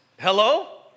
Hello